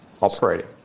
operating